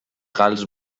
gals